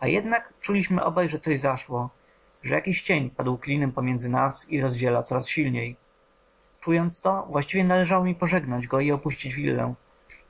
a jednak czuliśmy obaj że coś zaszło że jakiś cień padł klinem pomiędzy nas i rozdziela coraz silniej czując to właściwie należało mi pożegnać go i opuścić willę